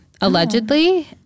allegedly